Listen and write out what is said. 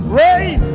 rain